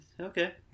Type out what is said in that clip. okay